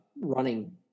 running –